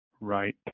Right